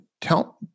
tell